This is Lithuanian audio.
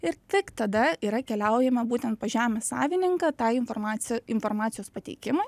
ir tik tada yra keliaujama būtent pas žemės savininką tą informaciją informacijos pateikimui